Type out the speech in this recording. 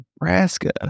Nebraska